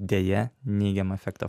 deja neigiamą efektą